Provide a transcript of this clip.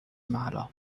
maler